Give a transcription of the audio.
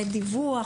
דיווח,